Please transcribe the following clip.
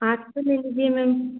आठ सौ ले लीजिए मेम